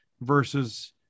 versus